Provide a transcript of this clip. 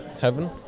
heaven